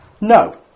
no